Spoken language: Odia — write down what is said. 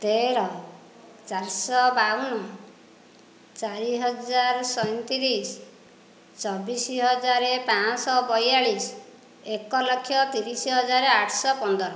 ତେର ଚାରି ଶହ ବାବନ ଚାରି ହଜାର ସଇଁତିରିଶ ଚବିଶ ହଜାର ପାଞ୍ଚ ଶହ ବୟାଳିଶ ଏକ ଲକ୍ଷ୍ୟ ତିରିଶ ହଜାର ଆଠ ଶହ ପନ୍ଦର